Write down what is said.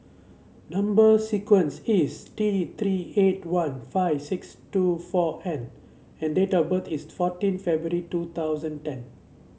number sequence is T Three eight one five six two four N and date of birth is fourteen February two thousand ten